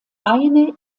eine